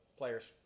players